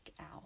out